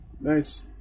Nice